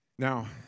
Now